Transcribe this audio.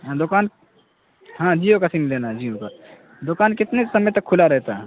ہاں دکان ہاں جیو کا سم لینا ہے جیو کا دکان کتنے سمے تک کھلا رہتا ہے